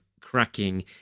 cracking